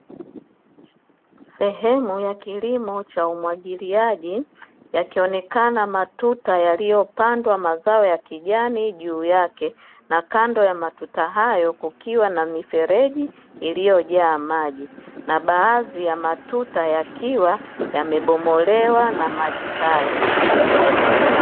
Sehemu ya kilimo cha umwagiliaji yakionekana matuta yaliyopandwa mazao ya kijani juu yake na kando ya matuta hayo kukiwa na mifereji iliyojaa maji na baadhi ya matuta yakiwa yamebomolewa na maji hayo.